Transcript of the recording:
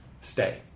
Stay